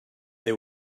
they